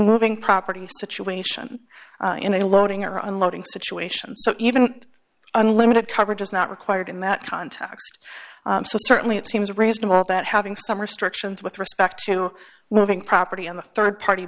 moving property situation in a loading or unloading situation so even unlimited coverage is not required in that context so certainly it seems reasonable that having some restrictions with respect to moving property and the rd party